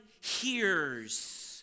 hears